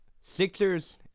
Sixers